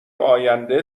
آینده